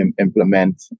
implement